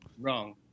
Wrong